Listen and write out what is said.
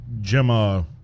Gemma